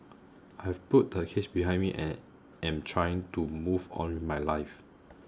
I have put the case behind me and am trying to move on in my life